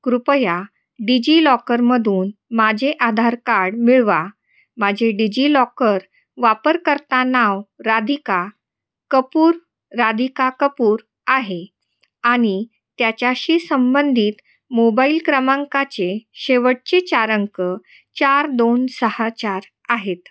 कृपया डिजिलॉकरमधून माझे आधार कार्ड मिळवा माझे डिजिलॉकर वापरकर्ता नाव राधिका कपूर राधिका कपूर आहे आणि त्याच्याशी संबंधित मोबाईल क्रमांकाचे शेवटचे चार अंक चार दोन सहा चार आहेत